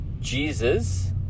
Jesus